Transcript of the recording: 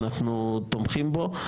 אנחנו תומכים בו.